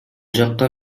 жакка